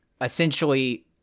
essentially